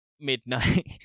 midnight